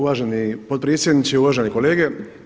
Uvaženi potpredsjedniče, uvažene kolege.